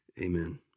Amen